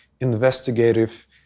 investigative